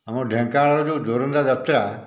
ଆମ ଢେଙ୍କାନାଳର ଯେଉଁ ଯୋରନ୍ଦା ଯାତ୍ରା